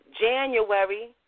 January